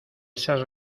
esas